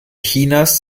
chinas